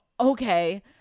okay